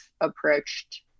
approached